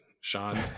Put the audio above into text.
Sean